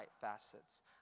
facets